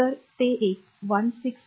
तर ते एक 166